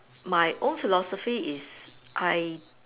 my old philosophy is I